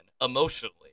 emotionally